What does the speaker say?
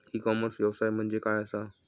E commerce व्यवसाय म्हणजे काय असा?